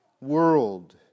world